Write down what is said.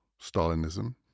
Stalinism